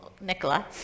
Nicola